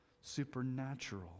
supernatural